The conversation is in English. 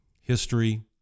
history